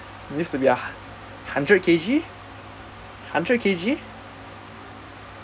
used to be a hundred K G hundred K G